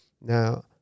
Now